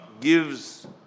gives